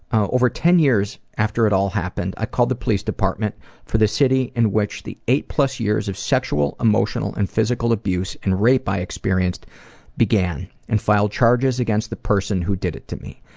ah over ten years after it all happened, i called the police department for the city in which the eight plus years of sexual, emotional, and physical abuse and rape i experienced began and filed charges against the person who did it to me.